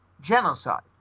genocide